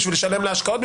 בשביל לשלם להשקעות,